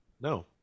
No